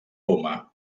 poma